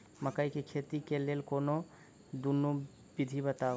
मकई केँ खेती केँ लेल कोनो दुगो विधि बताऊ?